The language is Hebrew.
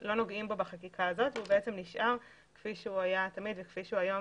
לא נוגעים בו בחקיקה הזאת והיא נשאר כפי שהוא היה תמיד וכפי שהוא היום